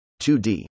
2D